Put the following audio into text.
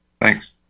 Thanks